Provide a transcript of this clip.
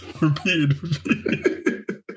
repeated